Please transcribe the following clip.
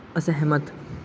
ਅਸਹਿਮਤ